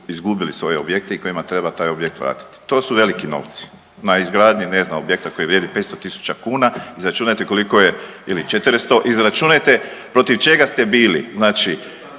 izgubili svoje objekte i kojima treba taj objekt vratiti. To su veliki novci. Na izgradnji, ne znam, objekta koji vrijedi, 500 tisuća kuna, izračunajte koliko je ili 400, izračunajte protiv čega ste bili. Znači